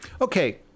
okay